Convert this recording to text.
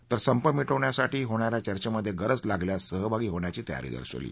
तर संप मिटवण्यासाठी होणाऱ्या चर्चेमध्ये गरज लागल्यास सहभागी होण्याची तयारी दर्शवली